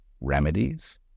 remedies